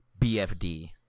BFD